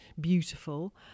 beautiful